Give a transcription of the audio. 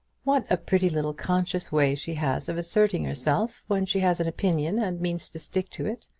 what a pretty little conscious way she has of asserting herself when she has an opinion and means to stick to it!